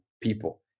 people